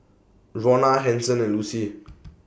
Rona Hanson and Lucy